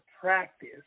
practice